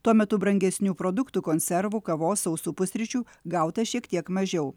tuo metu brangesnių produktų konservų kavos sausų pusryčių gauta šiek tiek mažiau